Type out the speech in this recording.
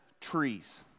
trees